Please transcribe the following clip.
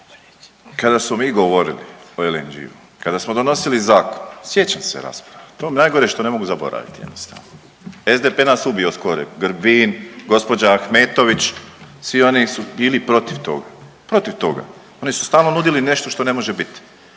Kada smo mi govorili o LNG-u, kada smo donosili zakon sjećam se rasprava to je najgore što ne mogu zaboraviti jednostavno. SDP nas ubio skoro, Grbin, gospođa Ahmetović, svi oni su bili protiv toga, protiv toga, oni su stalno nudili nešto što ne može bit.